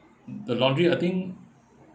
the laundry I think